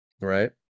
Right